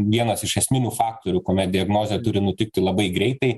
vienas iš esminių faktorių kuomet diagnozė turi nutikti labai greitai